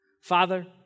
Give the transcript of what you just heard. Father